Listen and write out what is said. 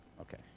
Okay